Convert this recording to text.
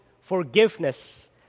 Forgiveness